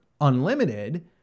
Unlimited